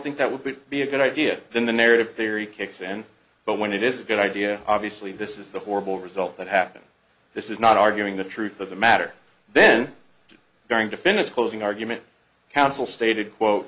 think that would be a good idea then the narrative theory kicks in but when it is a good idea obviously this is the horrible result that happened this is not arguing the truth of the matter then i'm going to finish closing argument counsel stated quote